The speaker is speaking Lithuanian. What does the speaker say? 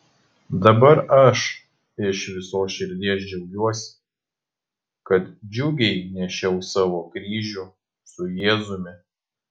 dabar aš iš visos širdies džiaugiuosi kad džiugiai nešiau savo kryžių su jėzumi